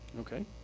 Okay